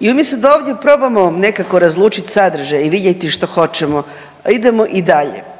I umjesto da ovdje probamo nekako razlučiti sadržaj i vidjeti što hoćemo, idemo i dalje.